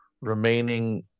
remaining